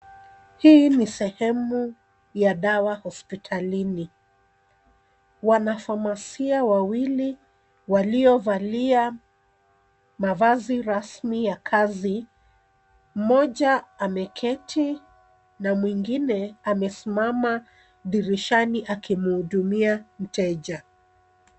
Hii ni sehemu ya dawa hospitalini. Wanafamasia wawili waliovalia mavazi rasmi ya kazi. Mmoja ameketi na mwingine amesimama dirishani akimhudumia mteja.